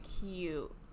cute